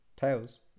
Tails